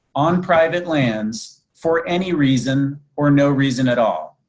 on private lands for any reason, or no reason at all.